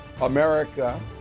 America